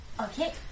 Okay